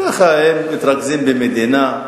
ככה הם מתרכזים במדינה,